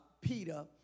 Peter